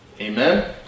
Amen